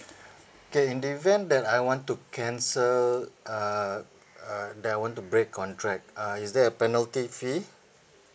okay in the event that I want to cancel uh uh that I want to break contract uh is there a penalty fee